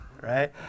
right